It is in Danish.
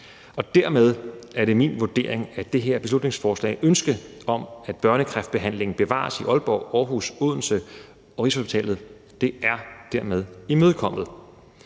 Dermed er det min vurdering, at det her beslutningsforslags ønske om, at børnekræftbehandling bevares i Aalborg, Aarhus og Odense og på Rigshospitalet, er imødekommet.